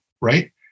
right